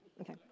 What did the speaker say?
Okay